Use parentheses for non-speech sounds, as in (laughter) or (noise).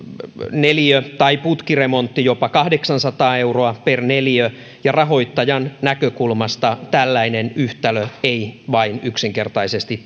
neliö tai putkiremontti jopa kahdeksansataa euroa per neliö ja rahoittajan näkökulmasta tällainen yhtälö ei vain yksinkertaisesti (unintelligible)